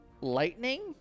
lightning